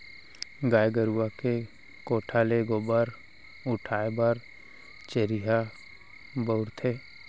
गाय गरूवा के कोठा ले गोबर उठाय बर चरिहा बउरथे